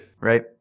right